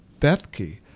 Bethke